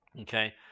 okay